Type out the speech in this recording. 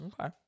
Okay